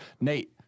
Nate